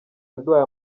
yaduhaye